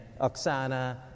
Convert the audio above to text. Oksana